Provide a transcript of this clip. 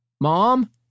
Mom